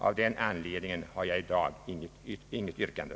Av den anledningen har jag i dag, herr talman, inget yrkande.